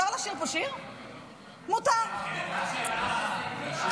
מותר לשיר פה שיר?